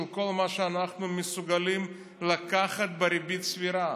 כל מה שאנחנו מסוגלים לקחת בריבית סבירה.